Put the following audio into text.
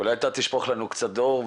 אולי אתה תשפוך לנו קצת אור.